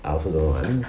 I also don't know one